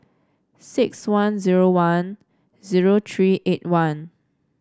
six one zero one zero three eight one